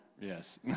yes